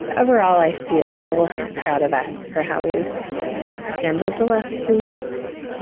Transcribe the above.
overall, i feel proud of us for how he's handled the last two weeks.